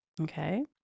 Okay